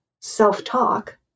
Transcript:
self-talk